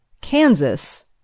Kansas